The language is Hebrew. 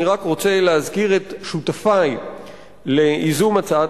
אני רק רוצה להזכיר את שותפי לייזום הצעת